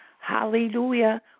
hallelujah